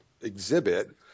exhibit